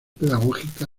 pedagógica